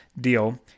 deal